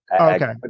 Okay